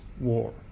war